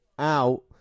out